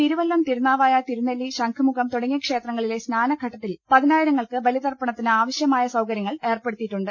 തിരുവല്ലം തിരുനാവായ തിരുനെല്ലി ശംഖുമുഖം തുടങ്ങിയ ക്ഷേത്രങ്ങളിലെ സ് നാന ഘ ട്ട ത്തിൽ പതി നാ യി ര ങ്ങൾക്ക് ബലിതർപ്പണത്തിന് ആവശ്യമായ സൌകര്യങ്ങൾ ഏർപ്പെടുത്തിയി ട്ടുണ്ട്